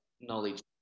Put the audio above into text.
knowledge